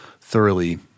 thoroughly